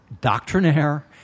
doctrinaire